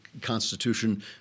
Constitution